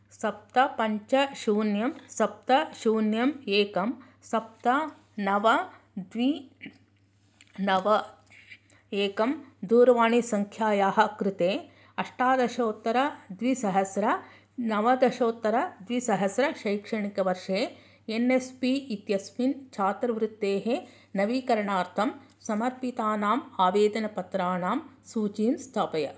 सप्त पञ्च शून्यं सप्त शुन्यम् एकं सप्त नव द्वि नव एकं दूरवाणीसङ्ख्यायाः कृते अष्टादशोत्तरद्विसहस्र नवदशोत्तरद्विसहस्र शैक्षणिकवर्षे एन् एस् पी इत्यस्मिन् छात्रवृत्तेः नवीकरणार्थं समर्पितानाम् आवेदनपत्राणां सूचीं स्थापय